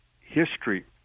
history